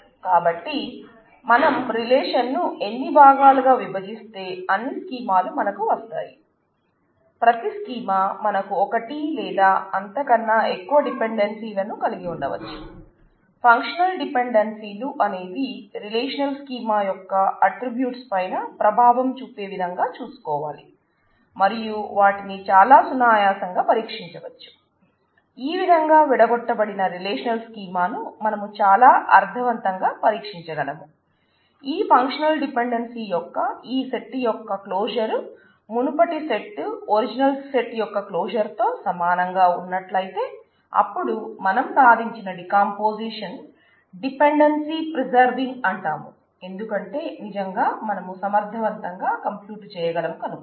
కాబట్టి మనం రిలేషన్ను ఎన్ని భాగాలుగా విభజిస్తే అన్ని స్కీమాలు అంటాము ఎందుకంటే నిజంగా మనము సమర్థవంతం గా కంప్యూట్ చేయగలము కనుక